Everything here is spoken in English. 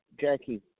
Jackie